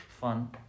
fun